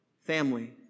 family